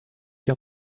your